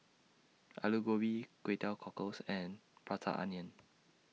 Aloo Gobi Kway Teow Cockles and Prata Onion